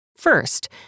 First